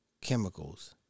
chemicals